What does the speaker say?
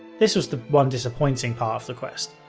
this was the one disappointing part of the quest.